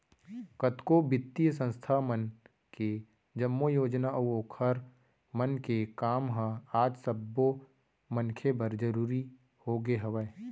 कतको बित्तीय संस्था मन के जम्मो योजना अऊ ओखर मन के काम ह आज सब्बो मनखे बर जरुरी होगे हवय